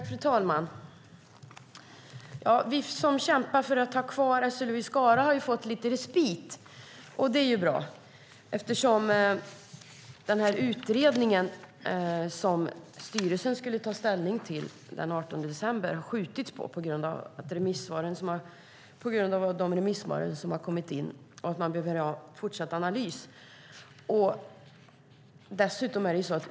Fru talman! Vi som kämpar för att ha kvar SLU i Skara har fått lite respit, och det är ju bra, eftersom den utredning som styrelsen skulle ta ställning till den 18 december har skjutits på med anledning av de remissvar som har kommit in och att man behöver en fortsatt analys.